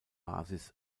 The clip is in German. basis